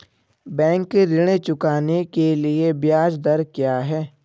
Bank ऋण चुकाने के लिए ब्याज दर क्या है?